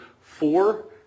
four